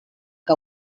que